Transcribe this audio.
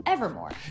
Evermore